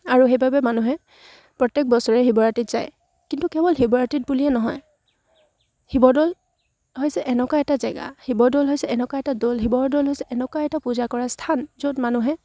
আৰু সেইবাবে মানুহে প্ৰত্যেক বছৰে শিৱৰাতিত যায় কিন্তু কেৱল শিৱৰাতিত বুলিয়ে নহয় শিৱদৌল হৈছে এনেকুৱা এটা জেগা শিৱদৌল হৈছে এনেকুৱা এটা দৌল শিৱদৌল হৈছে এনেকুৱা এটা পূজা কৰা স্থান য'ত মানুহে